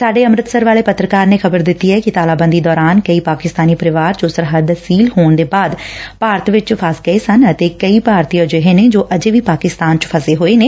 ਸਾਡੇ ਅੰਮ੍ਰਿਤਸਰ ਵਾਲੇ ਪੱਤਰਕਾਰ ਨੇ ਖ਼ਬਰ ਦਿੱਤੀ ਏ ਕਿ ਤਾਲਬੰਦੀ ਦੌਰਾਨ ਕਈ ਪਾਕਿਸਤਾਨੀ ਪਰਿਵਾਰ ਜੋ ਸਰਹੱਦ ਸ਼ੀਲ ਹੋਣ ਦੇ ਬਾਅਦ ਭਾਰਤ ਚ ਫਸ ਗਏ ਸੀ ਅਤੇ ਕਈ ਭਾਰਤੀ ਅਜਿਹੇ ਨੇ ਜੋ ਅਜੇ ਵੀ ਪਾਕਿਸਤਾਨ ਚ ਫਸੇ ਹੋਏ ਨੇ